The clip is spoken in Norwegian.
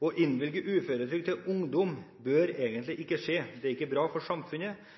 Å innvilge uføretrygd til ungdom bør egentlig ikke skje. Det er ikke bra for samfunnet,